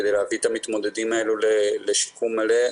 כדי להביא את המתמודדים האלו לשיקום מלא.